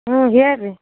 ಹ್ಞೂ ಹೇಳಿ ರೀ